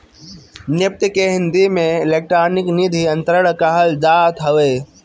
NEFT के हिंदी में electronic निधि अंतरण कहल जात हवे